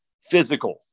physical